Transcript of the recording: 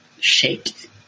shake